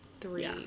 three